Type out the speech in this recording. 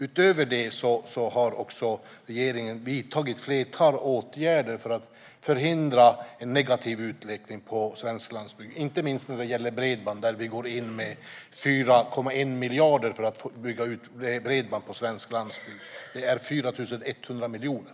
Utöver detta har regeringen vidtagit ett flertal åtgärder för att förhindra en negativ utveckling på svensk landsbygd. Det gäller inte minst bredband. Vi går in med 4,1 miljarder för att bygga ut bredband på svensk landsbygd. Det handlar alltså om 4 100 miljoner.